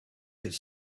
could